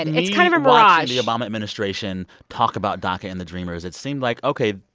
and it's kind of a mirage. the obama administration talk about daca and the dreamers, it seemed like, ok.